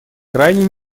крайне